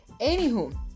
Anywho